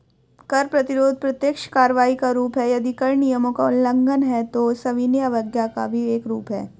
कर प्रतिरोध प्रत्यक्ष कार्रवाई का रूप है, यदि कर नियमों का उल्लंघन है, तो सविनय अवज्ञा का भी एक रूप है